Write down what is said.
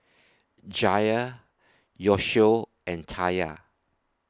Jair Yoshio and Taya